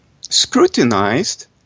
scrutinized